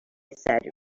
said